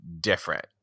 different